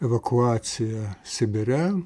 evakuaciją sibire